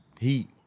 Heat